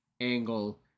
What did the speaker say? angle